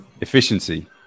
efficiency